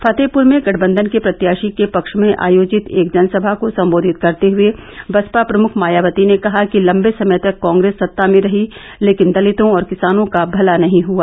फतेहपुर में गठबंधन के प्रत्याषी के पक्ष में आयोजित एक जनसभा को सम्बोधित करते हुये बसपा प्रमुख मायावती ने कहा कि लम्बे समय तक कॉग्रेस सत्ता में रही लेकिन दलितों और किसानों का भला नही हुआ